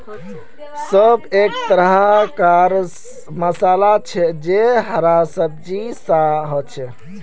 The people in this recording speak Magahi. सौंफ एक तरह कार मसाला छे जे हरा बीजेर सा होचे